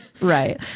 Right